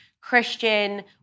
Christian